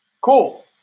cool